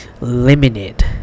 limited